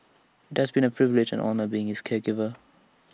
IT has been A privilege and honour being his caregiver